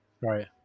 Right